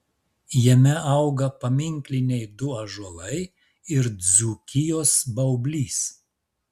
jame auga paminkliniai du ąžuolai ir dzūkijos baublys